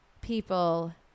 people